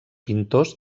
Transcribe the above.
pintors